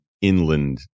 inland